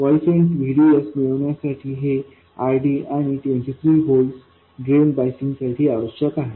क्वाइएसन्टVDS मिळवण्यासाठी हे RDआणि 23 व्होल्ट्स ड्रेन बायसिंग साठी आवश्यक आहे